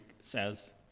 says